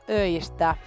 öistä